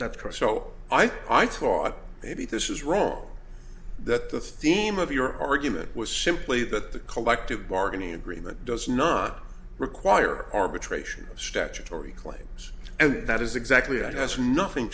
so i thought maybe this is wrong that the theme of your argument was simply that the collective bargaining agreement does not require arbitration statutory claims and that is exactly that has nothing